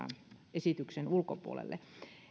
esityksen ulkopuolelle